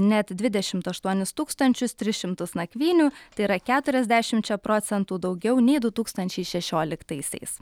net dvidešimt aštuonis tūkstančius tris šimtus nakvynių tai yra keturiasdešimčia procentų daugiau nei du tūkstančiai šešioliktaisiais